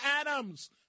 Adams